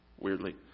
weirdly